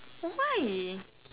why